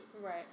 Right